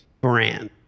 brand